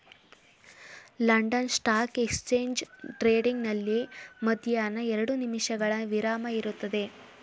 London stock exchange trading ನಲ್ಲಿ ಮಧ್ಯಾಹ್ನ ಎರಡು ನಿಮಿಷಗಳ ವಿರಾಮ ಇರುತ್ತದೆ